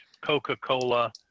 coca-cola